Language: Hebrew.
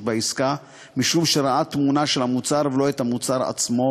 בעסקה משום שראה תמונה של המוצר ולא את המוצר עצמו,